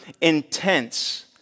intense